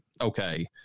okay